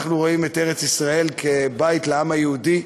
אנחנו רואים את ארץ-ישראל כבית לעם היהודי,